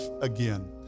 again